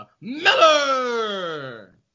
Miller